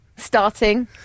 Starting